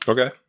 Okay